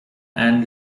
and